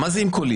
מה זה אם קולי?